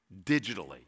digitally